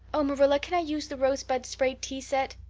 oh, marilla, can i use the rosebud spray tea set?